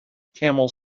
camel